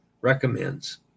recommends